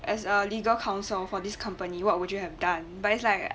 as a legal counsel for this company what would you have done but it's like